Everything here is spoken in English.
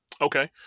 Okay